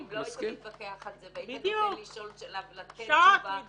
אם לא היית מתווכח על זה והיית נותן לשאול שאלה ולתת תשובה,